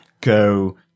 go